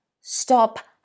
stop